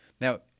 Now